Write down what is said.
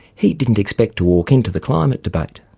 he didn't expect to walk into the climate debate.